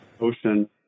Ocean